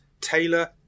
Taylor